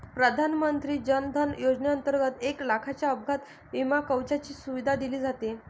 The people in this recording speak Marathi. प्रधानमंत्री जन धन योजनेंतर्गत एक लाखाच्या अपघात विमा कवचाची सुविधा दिली जाते